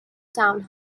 town